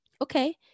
okay